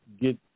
get